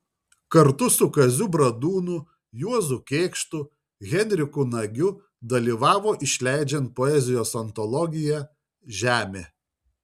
kartu su kaziu bradūnu juozu kėkštu henriku nagiu dalyvavo išleidžiant poezijos antologiją žemė